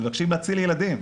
מבקשים להציל ילדים.